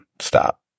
stop